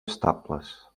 estables